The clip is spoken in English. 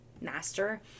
master